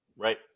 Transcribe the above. right